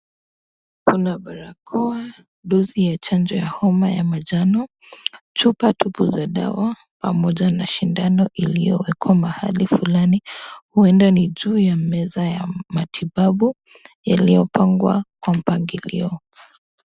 Kuna barakoa, dosi ya chanjo ya homa ya manjano ,chupa tupu za dawa pamoja na sindano iliyowekwa mahali fulani huenda ni juu ya meza ya matibabu iliyopangwa kwa mpangilio.